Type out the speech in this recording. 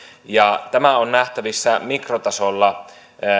tämä on nähtävissä mikrotasolla